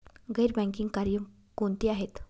गैर बँकिंग कार्य कोणती आहेत?